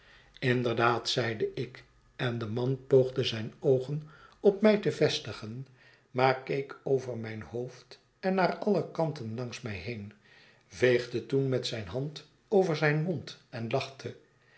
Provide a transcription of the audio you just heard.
inderdaad zeide ik en de man poogde zijne oogen op mij te vestigen maar keek over mijn hoofd en naar alle kanten langs mij heen veegde toen met zijne hand over zijn mond en lachte